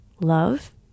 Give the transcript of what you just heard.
love